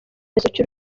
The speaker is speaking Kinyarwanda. cy’urukiko